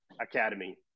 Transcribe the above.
Academy